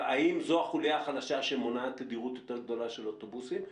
האם זו החוליה החלשה שמונעת תדירות יותר גדולה של אוטובוסים?